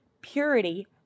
purity